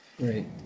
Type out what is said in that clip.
Right